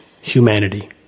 humanity